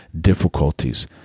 difficulties